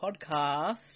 podcast